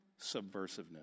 subversiveness